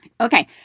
Okay